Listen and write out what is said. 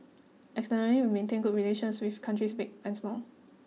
externally we have maintained good relations with countries big and small